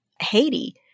Haiti